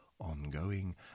Ongoing